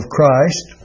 Christ